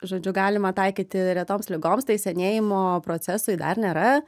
žodžiu galima taikyti retoms ligoms tai senėjimo procesui dar nėra